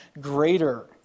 greater